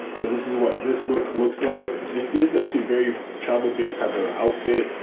so this is what this work looks like. this, this is actually very travel based type of outfit,